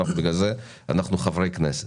לשם כך אנחנו חברי כנסת.